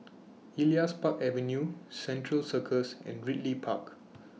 Elias Park Avenue Central Circus and Ridley Park